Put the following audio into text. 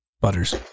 Butters